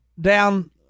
down